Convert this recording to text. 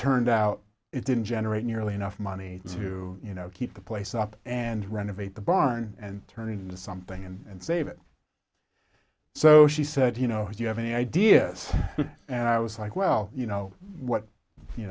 turned out it didn't generate nearly enough money to you know keep the place up and renovate the barn and turn it into something and save it so she said you know if you have any ideas and i was like well you know what you